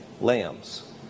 lambs